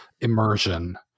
immersion